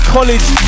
College